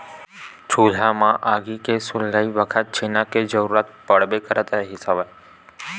चूल्हा म आगी के सुलगई बखत छेना के जरुरत पड़बे करत रिहिस हवय